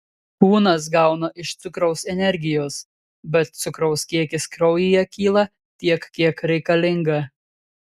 kūnas gauna iš cukraus energijos bet cukraus kiekis kraujyje kyla tiek kiek reikalinga